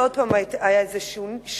ועוד פעם היה איזה שינוי,